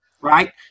right